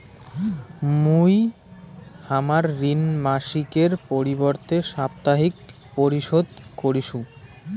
মুই হামার ঋণ মাসিকের পরিবর্তে সাপ্তাহিক পরিশোধ করিসু